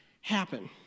happen